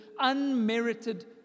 unmerited